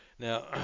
Now